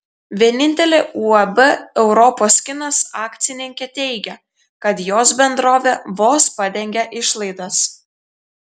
vienintelė uab europos kinas akcininkė teigia kad jos bendrovė vos padengia išlaidas